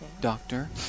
Doctor